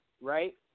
right